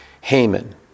Haman